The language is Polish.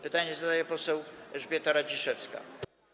Pytanie zadaje poseł Elżbieta Radziszewska.